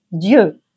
Dieu